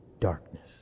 darkness